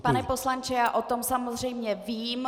Pane poslanče, já o tom samozřejmě vím.